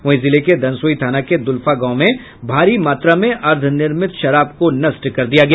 वहीं जिले के धनसोई थाना के दुल्फा गांव में भारी मात्रा में अर्द्वनिर्मित शराब को नष्ट कर दिया गया